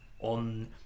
on